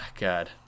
god